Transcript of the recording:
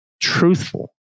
truthful